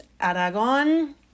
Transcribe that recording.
Aragon